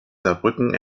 saarbrücken